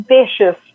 vicious